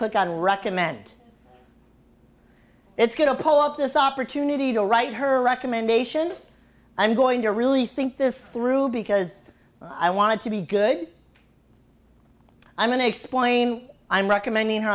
click on recommend it's going to pull up this opportunity to write her recommendation i'm going to really think this through because i wanted to be good i'm going to explain i'm recommending her